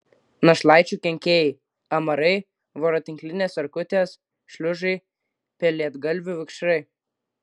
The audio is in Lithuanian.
našlaičių kenkėjai amarai voratinklinės erkutės šliužai pelėdgalvių vikšrai